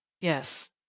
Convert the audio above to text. yes